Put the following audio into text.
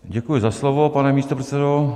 Děkuji za slovo, pane místopředsedo.